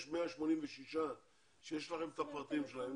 יש 186 שיש לכם את הפרטים שלהם,